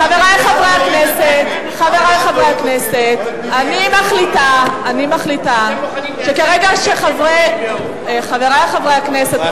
חברי חברי הכנסת, אני מחליטה שכרגע חברי הכנסת